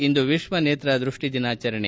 ಇಂದು ವಿಶ್ವ ನೇತ್ರ ದೃಷ್ಠಿ ದಿನಾಚರಣೆ